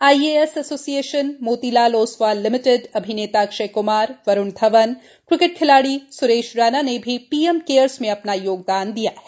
IAS association Motilal Oswal limited अभिनेता Akshay Kumar Varun Dhawan cricket खिलाड़ी सुरेश रैना ने भी पीएम केयर्स में अपना योगदान किया है